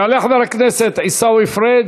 יעלה חבר הכנסת עיסאווי פריג'.